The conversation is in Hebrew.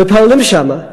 מתפללים שם,